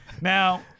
Now